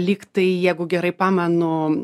lyg tai jeigu gerai pamenu